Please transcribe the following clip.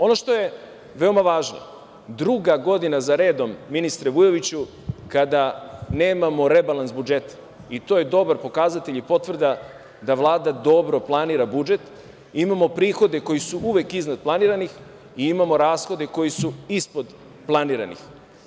Ono što je veoma važno, druga godina za redom, ministre Vujoviću, kada nemamo rebalans budžeta i to je dobar pokazatelj i potvrda da Vlada dobro planira budžet, imamo prihode koji su uvek iznad planiranih i imamo rashode koji su ispod planiranih.